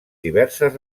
diverses